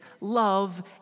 love